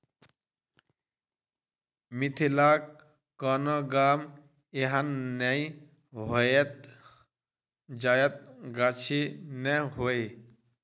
मिथिलाक कोनो गाम एहन नै होयत जतय गाछी नै हुए